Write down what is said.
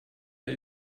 der